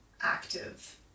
active